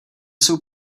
jsou